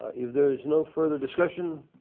if there is no further discussion,